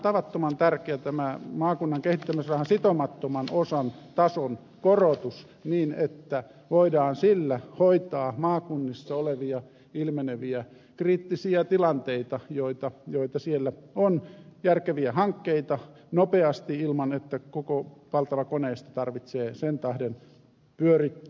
tavattoman tärkeää on tämän maakunnan kehittämisrahan sitomattoman osan tason korotus niin että voidaan sillä hoitaa maakunnissa ilmeneviä kriittisiä tilanteita joita siellä on hoitaa järkeviä hankkeita nopeasti ilman että koko valtavaa koneistoa tarvitsee sen tähden pyörittää